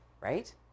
right